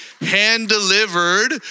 hand-delivered